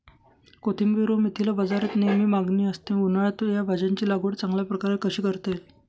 कोथिंबिर व मेथीला बाजारात नेहमी मागणी असते, उन्हाळ्यात या भाज्यांची लागवड चांगल्या प्रकारे कशी करता येईल?